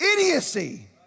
Idiocy